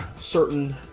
certain